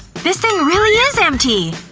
this thing really is empty.